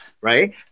right